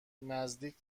نزدیک